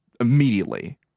immediately